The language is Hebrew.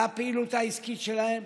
לפעילות העסקית שלהן,